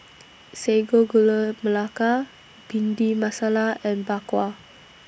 Sago Gula Melaka Bhindi Masala and Bak Kwa